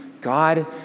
God